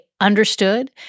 understood